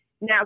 Now